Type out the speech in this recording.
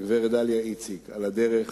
הגברת דליה איציק, על הדרך